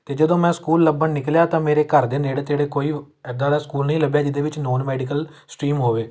ਅਤੇ ਜਦੋਂ ਮੈਂ ਸਕੂਲ ਲੱਭਣ ਨਿਕਲਿਆ ਤਾਂ ਮੇਰੇ ਘਰ ਦੇ ਨੇੜੇ ਤੇੜੇ ਕੋਈ ਐਦਾਂ ਦਾ ਸਕੂਲ ਨਹੀਂ ਲੱਭਿਆ ਜਿਹਦੇ ਵਿੱਚ ਨੋਨ ਮੈਡੀਕਲ ਸਟਰੀਮ ਹੋਵੇ